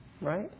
right